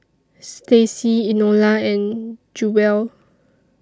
Staci Enola and Jewell